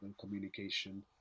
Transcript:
communication